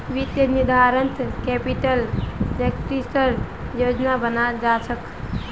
वित्तीय निर्धारणत कैपिटल स्ट्रक्चरेर योजना बनाल जा छेक